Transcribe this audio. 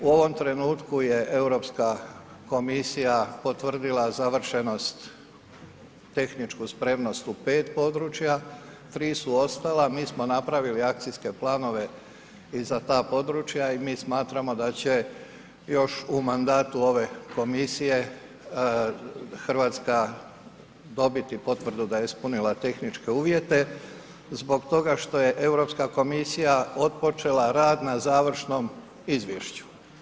U ovom trenutku je Europska komisija potvrdila završenost, tehničku spremnost u 5 područja, 3 su ostala, mi smo napravili akcijske planove i za ta područja i mi smatramo da će još u mandatu ove komisije Hrvatska dobiti potvrdu da je ispunila tehničke uvjete, zbog toga što je Europska komisija otpočela rad na završnom izvješću.